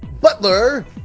Butler